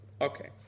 Okay